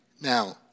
Now